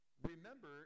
Remember